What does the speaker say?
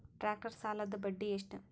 Tractor ಸಾಲದ್ದ ಬಡ್ಡಿ ಎಷ್ಟ?